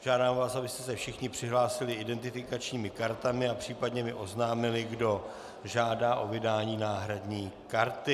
Žádám vás, abyste se všichni přihlásili identifikačními kartami a případně mi oznámili, kdo žádá o vydání náhradní karty.